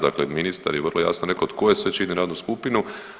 Dakle, ministar je vrlo jasno rekao tko sve čini radnu skupinu.